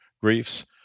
griefs